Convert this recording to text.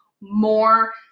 more